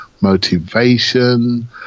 motivation